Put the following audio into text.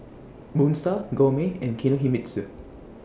Moon STAR Gourmet and Kinohimitsu